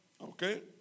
Okay